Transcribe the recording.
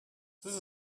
this